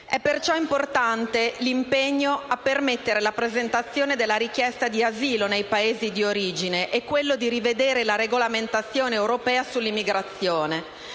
È perciò importante l'impegno di permettere la presentazione della richiesta di asilo nei Paesi di origine e quello di rivedere la regolamentazione europea sull'immigrazione,